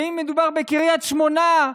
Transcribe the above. ואם מדובר בקריית שמונה,